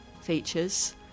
features